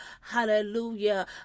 Hallelujah